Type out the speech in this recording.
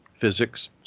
physics